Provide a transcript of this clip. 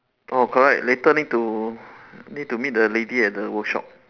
oh correct later need to need to meet the lady at the workshop